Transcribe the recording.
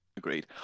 Agreed